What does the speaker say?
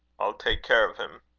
i'll take care of him.